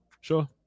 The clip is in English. sure